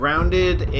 Grounded